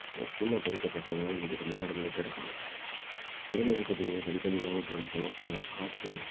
அந்த ஸ்கூலில் படித்த பசங்கள் தான் இன்றைக்கி தமிழ்நாடு முழுக்க இருப்பாங்க ஏழை வீட்டு பிள்ளைக படிக்க முடியாமல் போனப்போது அதைப் பார்த்து